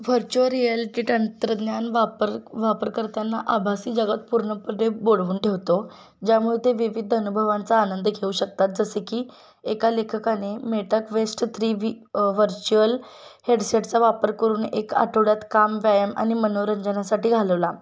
virtual reality तंत्रज्ञान वापर वापर करताना आभासी जगात पूर्णपणे बोढवून ठेवतो ज्यामुळे ते विविध अनुभवांचा आनंद घेऊ शकतात जसे की एका लेखकाने मेटक्वेस्ट थ्री वी व्हर्च्युअल हेडसेटचा वापर करून एक आठवड्यात काम व्यायाम आणि मनोरंजनासाठी घालवला